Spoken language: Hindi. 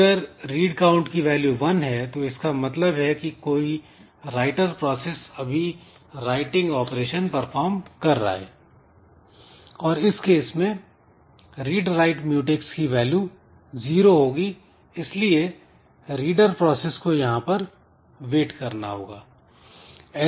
अगर "रीड काउंट" की वैल्यू वन है तो इसका मतलब है की कोई राइटर प्रोसेस अभी राइटिंग ऑपरेशन परफॉर्म कर रहा है और इस केस में "रीड राइट म्यूटैक्स" की वैल्यू जीरो होगी इसलिए रीडर प्रोसेस को यहां पर वेट करना पड़ेगा